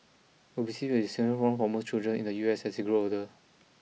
obesity will be a significant problem for most children in the U S as they grow older